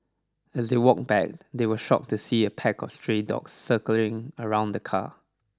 as they walked back they were shocked to see a pack of stray dogs circling around the car